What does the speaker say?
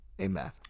amen